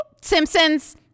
Simpsons